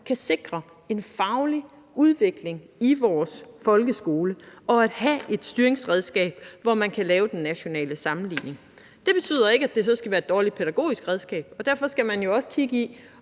kan sikre en faglig udvikling i vores folkeskole, og at vi har et styringsredskab, så man kan lave den nationale sammenligning. Det betyder ikke, at det så skal være et dårligt pædagogisk redskab, og derfor skal man jo også kigge på,